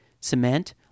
cement